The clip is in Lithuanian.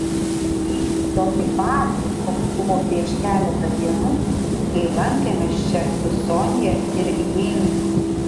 lygiai tokį patį koks buvo prieš keletą dienų kai lankėmės čia su sonia ir heinrichu